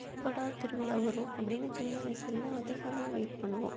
எப்படா திருவிழா வரும் அப்படின்னு சின்ன வயசுலலாம் அதிகமாக வெயிட் பண்ணுவோம்